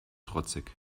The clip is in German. trotzig